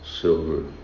silver